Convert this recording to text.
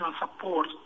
support